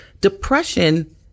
Depression